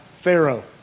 Pharaoh